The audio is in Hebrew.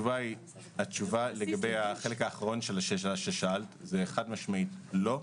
התשובה לחלק האחרון של השאלה ששאלת היא חד-משמעית לא.